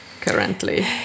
currently